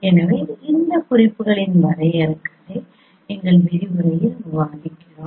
எனவே இந்த குறிப்புகளின் வரையறைகளை எங்கள் விரிவுரையில் விவாதிக்கிறோம்